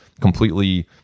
completely